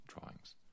drawings